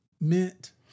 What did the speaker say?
Mint